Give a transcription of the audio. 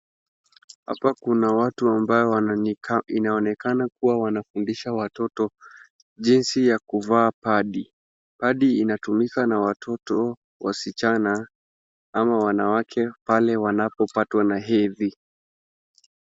Hapa kuna watu ambao inaonekana kuwa wanafundisha watoto jinsi ya kuvaa padi. Padi inatumika na watoto wasichana ama wanawake pale wanapopatwa na hedhi.